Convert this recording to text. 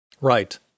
right